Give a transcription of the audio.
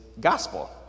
gospel